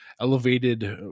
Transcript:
elevated